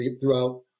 throughout